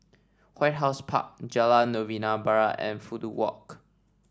White House Park Jalan Novena Barat and Fudu Walk